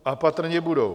A patrně budou.